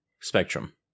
spectrum